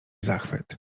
zachwyt